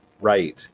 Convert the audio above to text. right